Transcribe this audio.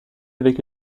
avec